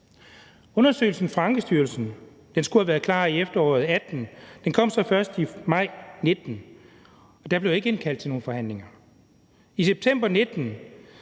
Undersøgelsen fra Ankestyrelsen skulle have været klar i efteråret 2018. Den kom så først i maj 2019, og der blev ikke indkaldt til nogen forhandlinger. I september 2019